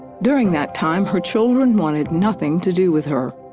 during that time, her children wanted nothing to do with her.